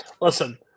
Listen